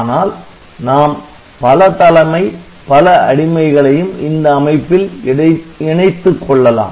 ஆனால் நாம் பல தலைமை பல அடிமைகளையும் இந்த அமைப்பில் இணைத்துக் கொள்ளலாம்